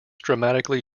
dramatically